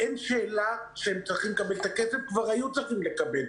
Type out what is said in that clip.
אין שאלה שהם צריכים לקבל את הכסף וכבר היו צריכים לקבל.